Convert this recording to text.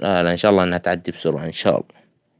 لا لا إن شاء الله إنها تعدى بسرعة إن شاء الله.